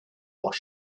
what